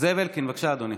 זאב אלקין, בבקשה, אדוני